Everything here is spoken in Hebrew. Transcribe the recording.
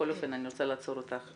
אני רוצה לעצור אותך,